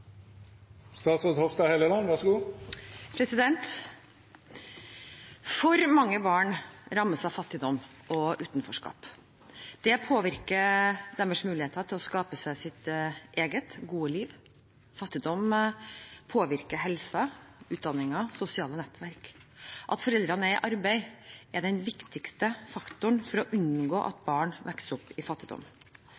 For mange barn rammes av fattigdom og utenforskap. Det påvirker deres muligheter til å skape seg sitt eget gode liv. Fattigdom påvirker helse, utdanning og sosiale nettverk. At foreldrene er i arbeid, er den viktigste faktoren for å unngå at